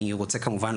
אני רוצה כמובן,